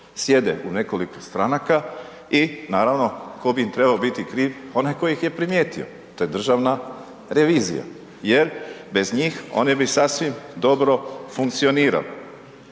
Sjede u nekoliko stranaka i naravno tko bi im trebao biti kriv, onaj koji ih je primijetio, to je Državna revizija jer bez njih on bi sasvim dobro funkcionirao.